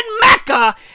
Mecca